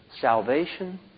Salvation